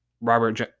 Robert